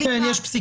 סליחה.